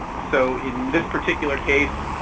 so in this particular case,